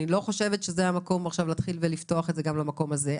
שזה המקום עכשיו להתחיל ולפתוח את זה גם למקום הזה.